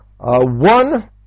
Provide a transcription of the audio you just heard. one